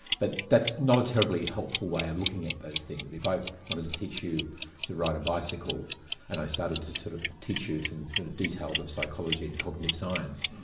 but that's not a terribly helpful way of looking at those things. if i wanted to teach you to ride a bicycle and i started to, sort of, teach you some details of psychology and cognitive science,